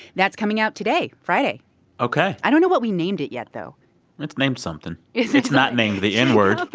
that's coming out today friday ok i don't know what we named it yet though and it's named something. it's it's not named the n-word,